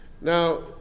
Now